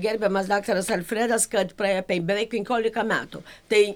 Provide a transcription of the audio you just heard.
gerbiamas daktaras alfredas kad praėję beveik penkiolika metų tai